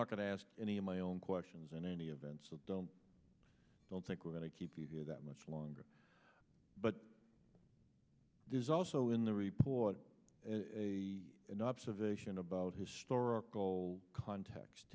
not going to ask any of my own questions in any event so don't think we're going to keep you here that much longer but there's also in the report an observation about historical context